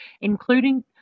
including